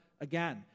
again